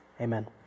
Amen